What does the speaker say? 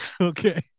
Okay